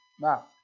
now